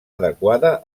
adequada